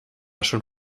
schon